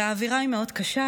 והאווירה היא מאוד קשה.